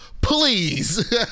Please